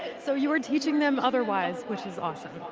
so you are teaching them otherwise which is awesome.